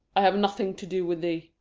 i have nothing to do with thee.